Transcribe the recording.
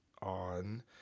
On